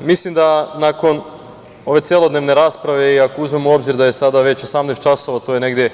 Mislim da nakon ove celodnevne rasprave i ako uzmemo u obzir da je sada već 18.00 časova, a to je negde